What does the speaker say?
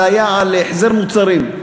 זה היה על החזר מוצרים.